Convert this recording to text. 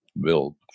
built